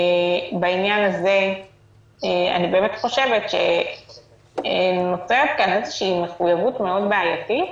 בעניין הזה אני חושבת שנוצרת כאן מחויבות בעייתית